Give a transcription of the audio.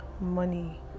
money